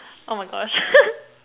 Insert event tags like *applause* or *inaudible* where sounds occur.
oh my gosh *laughs*